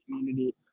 community